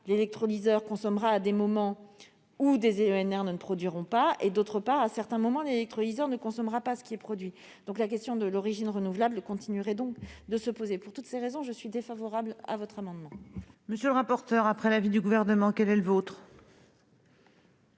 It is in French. l'électrolyseur consommera à des moments où des EnR ne produiront pas et, d'autre part, à certains moments, l'électrolyseur ne consommera pas ce qui est produit. La question de l'origine renouvelable continuera donc de se poser. Pour toutes ces raisons, je suis défavorable à votre amendement. Quel est donc l'avis de la commission des affaires